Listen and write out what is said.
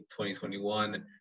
2021